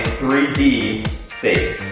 three d safe.